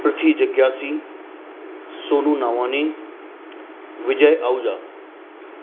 पृथ्वी जिज्ञासी सोनू नावानी विजय आहूजा